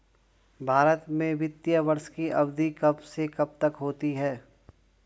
भारत में वित्तीय वर्ष की अवधि कब से कब तक होती है?